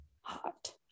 hot